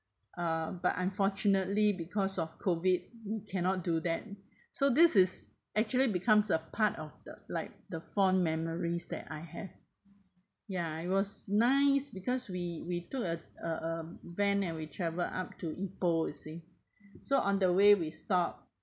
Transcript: uh but unfortunately because of COVID cannot do that so this is actually becomes a part of the like the fond memories that I have ya it was nice because we we took a a a van and we travelled up to ipoh you see so on the way we stop